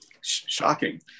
Shocking